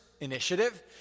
initiative